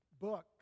book